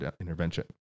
intervention